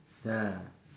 ah